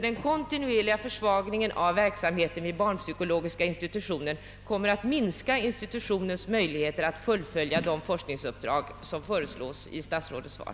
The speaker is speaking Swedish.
Den kontinuerliga försvagningen av verksamheten vid barnpsykologiska institutionen kommer nämligen att minska institutionens möjligheter att fullgöra de forskningsuppdrag som föreslås i statsrådets svar.